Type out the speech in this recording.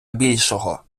більшого